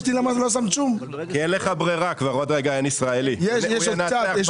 שלא ממשיכים את הרפורמה בחקלאות.